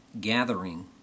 gathering